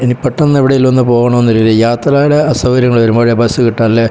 ഇനി പെട്ടെന്ന് എവിടെ എങ്കിലുമൊന്ന് പോകണമെന്ന് വിചാരിക്കുക യാത്രയുടെ അസൗകര്യങ്ങൾ വരുമ്പോഴേ ബസ്സ് കിട്ടാല്ലേ